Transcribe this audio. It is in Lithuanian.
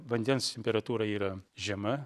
vandens temperatūra yra žema